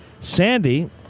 Sandy